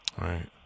Right